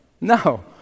No